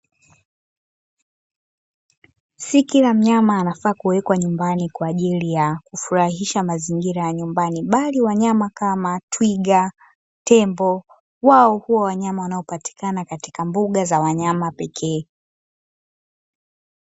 Si kila mnyama anafaa kuwekwa nyumbani kwa ajili ya kufurahisha mazingira ya nyumbani, bali wanyama kama twiga, tembo wao huwa wanyama wanaopatikana katika mbuga za wanyama pekee.